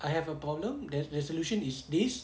I have a problem their their solution is this